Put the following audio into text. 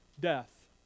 death